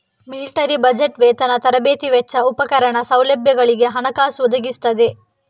military budget ವೇತನ, ತರಬೇತಿ ವೆಚ್ಚ, ಉಪಕರಣ, ಸೌಲಭ್ಯಗಳಿಗೆ ಹಣಕಾಸು ಒದಗಿಸ್ತದೆ